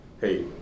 hey